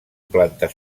plantes